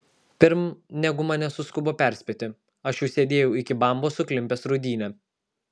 pirm negu mane suskubo perspėti aš jau sėdėjau iki bambos suklimpęs rūdyne